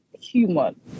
human